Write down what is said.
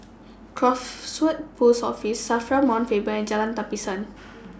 Crawford Post Office SAFRA Mount Faber and Jalan Tapisan